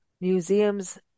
Museums